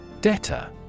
Debtor